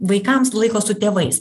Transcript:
vaikams laiko su tėvais